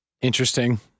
Interesting